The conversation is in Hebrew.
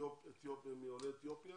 יש מעולי אתיופיה